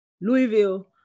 Louisville